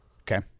Okay